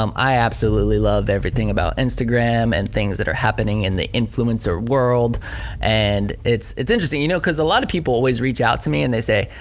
um i absolutely love everything about instagram and things that are happening in the influencer world and it's it's interesting you know cause a lot of people always reach out to me and they say,